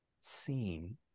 seen